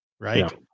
Right